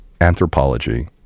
anthropology